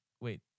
Wait